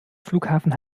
flughafen